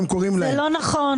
זה לא נכון.